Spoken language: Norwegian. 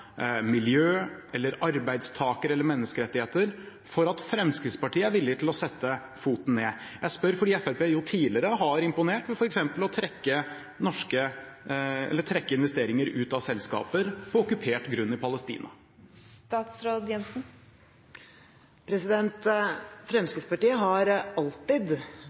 miljø eller arbeidstaker- eller menneskerettigheter for at Fremskrittspartiet er villig til å sette foten ned? Jeg spør fordi Fremskrittspartiet tidligere har imponert med f.eks. å trekke investeringer ut av selskaper på okkupert grunn i Palestina. Fremskrittspartiet har alltid støttet forslag som handler om å utrede spørsmål vi ikke har